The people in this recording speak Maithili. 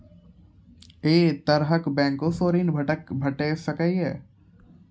ऐ तरहक बैंकोसऽ ॠण भेट सकै ये?